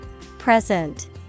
present